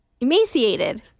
Emaciated